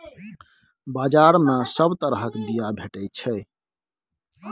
बजार मे सब तरहक बीया भेटै छै